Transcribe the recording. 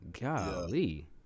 golly